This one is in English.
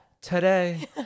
Today